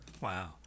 Wow